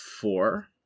four